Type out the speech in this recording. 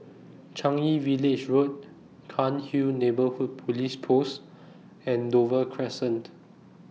Changi Village Road Cairnhill Neighbourhood Police Post and Dover Crescent